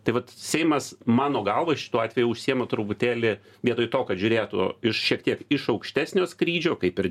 tai vat seimas mano galva šituo atveju užsiima truputėlį vietoj to kad žiūrėtų iš šiek tiek iš aukštesnio skrydžio kaip ir